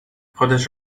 خودش